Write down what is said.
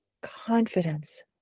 confidence